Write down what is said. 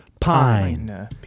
pine